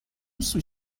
سویت